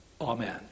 Amen